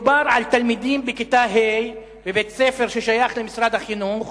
מדובר על תלמידים בכיתה ה' בבית-ספר יסודי ששייך למשרד החינוך,